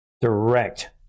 direct